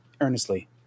earnestly